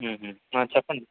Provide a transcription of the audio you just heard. ఆ చెప్పండి